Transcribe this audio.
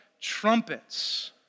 Trumpets